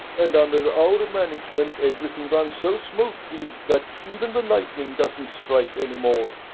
and under our management everything runs so smoothly that even the lightning doesn't strike any more.